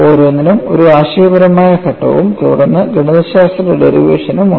ഓരോന്നിനും ഒരു ആശയപരമായ ഘട്ടവും തുടർന്ന് ഗണിതശാസ്ത്ര ഡെറിവേറ്റേഷനുമുണ്ട്